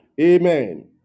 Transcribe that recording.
amen